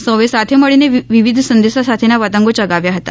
સૌએ સાથે મળીને વિવિધ સંદેશા સાથેના પતંગો યગાવ્યા હતા